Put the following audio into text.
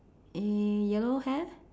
err yellow hair